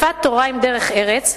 "יפה תלמוד תורה עם דרך ארץ,